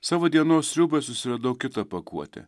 savo dienos sriubai susiradau kitą pakuotę